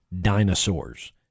dinosaurs